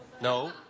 no